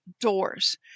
doors